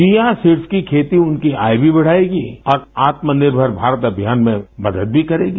chia seeds की खेतीं उनकी आय भी बढ़ाएगी और आत्मनिर्भर भारत अभियान में मदद भी करेगी